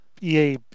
EA